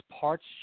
parts